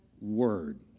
Word